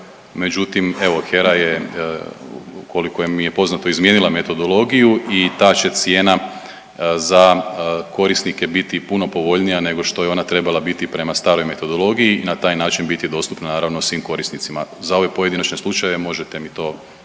međutim evo HERA je koliko mi je poznato izmijenila metodologiju i ta će cijena za korisnike biti puno povoljnija nego što je ona trebala biti prema staroj metodologiji i na taj način biti dostupna naravno svi korisnicima. Za ove pojedinačne slučajeve možete mi to